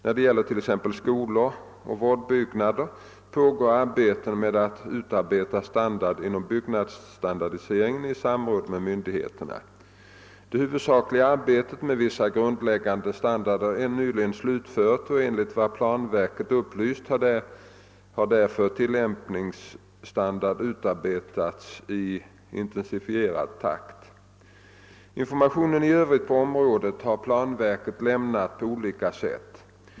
När det gäller t.ex. skolor och vårdbyggnader pågår arbete med att utarbeta standarder inom Byggstandardiseringen i samråd med myndigheterna. Det huvudsakliga arbetet med vissa grundläggande standarder är nyligen slutfört och enligt vad planverket upplyst kan därför tillämpningsstandarder utarbetas i intensifierad takt. Information i övrigt på området har planverket lämnat på olika sätt.